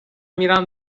میرم